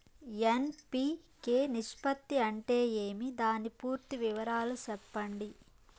NPK నిష్పత్తి అంటే ఏమి దాని పూర్తి వివరాలు సెప్పండి?